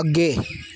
ਅੱਗੇ